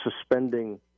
suspending